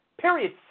Period